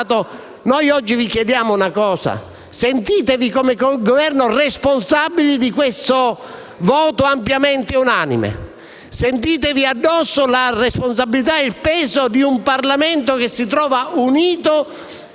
oggi vi chiediamo una cosa sola, cioè di sentirvi, come Governo, responsabili di un voto ampiamente unanime. Sentitevi addosso la responsabilità e il peso di un Parlamento che si trova unito,